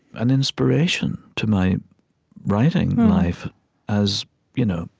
an inspiration to my writing life as you know